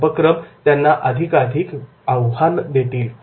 हे उपक्रम त्यांना अधिकाधिक आव्हान देतील